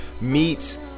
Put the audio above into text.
meets